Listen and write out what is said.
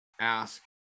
ask